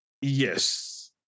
yes